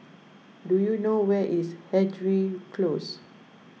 do you know where is Hendry Close